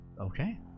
Okay